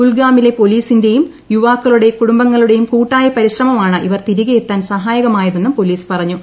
കുൽഗാമിലെ പൊലീസിന്റെയും യുവാക്കളുടെ കുടുംബങ്ങളുടെയും കൂട്ടായ പരിശ്രമമാണ് ഇവർ തിരികെയെത്താൻ സഹായകമായതെന്നും പൊലീസ് പറഞ്ഞു